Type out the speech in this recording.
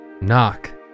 Knock